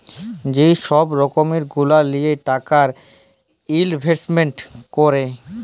যে ছব রকম গুলা লিঁয়ে টাকা ইলভেস্টমেল্ট ক্যরে